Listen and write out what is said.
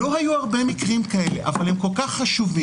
לא היו הרבה מקרים כאלה, אבל הם כל כך חשובים.